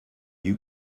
you